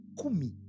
kumi